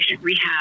rehab